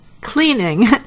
cleaning